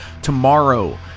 Tomorrow